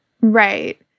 Right